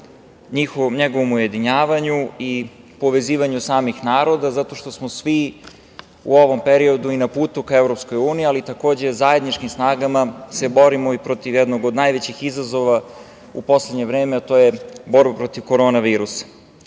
njegovom ujedinjavaju i povezivanju samih naroda, zato što smo svi u ovom periodu i na putu ka EU, ali zajedničkim snagama se borimo protiv jednog od najvećih izazova u poslednje vreme, a to je borba protiv koronavirusa. Inače,